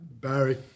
Barry